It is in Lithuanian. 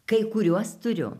kai kuriuos turiu